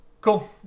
Cool